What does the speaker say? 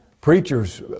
Preachers